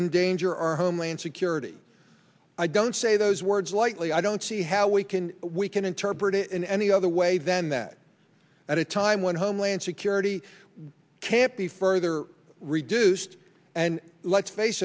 endanger our homeland security i don't say those words lightly i don't see how we can we can interpret it in any other way than that at a time when homeland security can't be further reduced and let's face